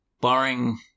barring